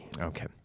Okay